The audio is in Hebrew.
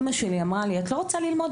אימא שלי אמרה לי את לא רוצה ללמוד?